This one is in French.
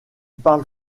parle